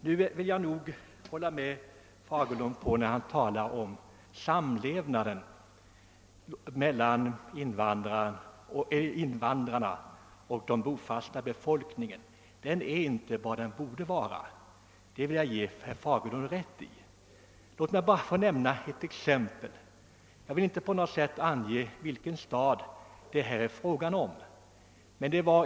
Jag vill hålla med herr Fagerlund om vad han sade beträffande samlevnaden mellan invandrarna och den övriga befolkningen. Den är inte vad den borde vara. Låt mig ta ett exempel utan att ange vilken stad jag hämtat det från.